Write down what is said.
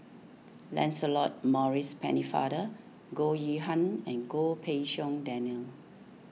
Lancelot Maurice Pennefather Goh Yihan and Goh Pei Siong Daniel